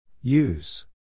Use